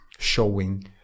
showing